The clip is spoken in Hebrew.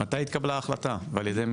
מתי התקבלה החלטה ועל ידי מי?